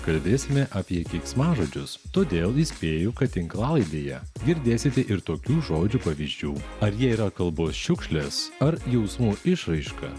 kalbėsime apie keiksmažodžius todėl įspėju kad tinklalaidėje girdėsite ir tokių žodžių pavyzdžių ar jie yra kalbos šiukšlės ar jausmų išraiška